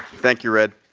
thank you, red.